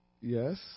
Yes